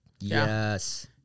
Yes